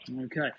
Okay